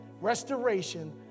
restoration